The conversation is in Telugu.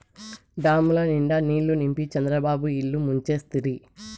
డాముల నిండా నీళ్ళు నింపి చంద్రబాబు ఇల్లు ముంచేస్తిరి